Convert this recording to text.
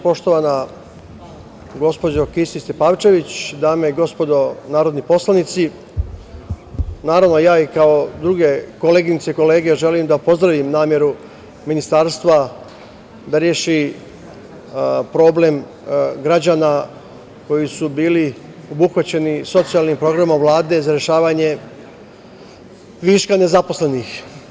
Poštovana gospođo Kisić Tepavčević, dame i gospodo narodni poslanici, naravno, kao i druge koleginice i kolege, želim da pozdravim nameru Ministarstva da reši problem građana koji su bili obuhvaćeni socijalnim programom Vlade za rešavanje viška nezaposlenih.